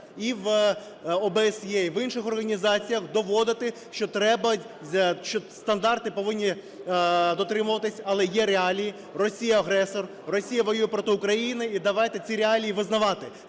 і в ОБСЄ, і в інших організаціях доводити, що треба, що стандарти повинні дотримуватись. Але є реалії: Росія – агресор, Росія воює проти України. І давайте ці реалії визнавати.